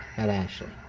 at ashley.